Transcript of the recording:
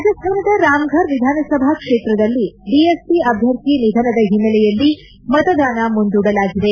ರಾಜಾಸ್ತಾನದ ರಾಮ್ಫರ್ ವಿಧಾಸನಭಾ ಕ್ಷೇತ್ರದಲ್ಲಿ ಬಿಎಸ್ಪಿ ಅಭ್ಯರ್ಥಿ ನಿಧನದ ಹಿನ್ನೆಲೆಯಲ್ಲಿ ಮತದಾನ ಮುಂದೂಡಲಾಗಿದೆ